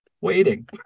waiting